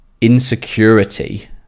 insecurity